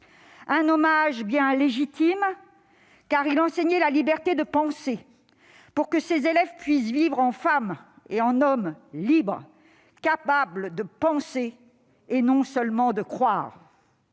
un hommage bien légitime, car il enseignait la liberté de penser pour que ses élèves puissent vivre en femmes et en hommes libres, capables de penser et non pas seulement de croire.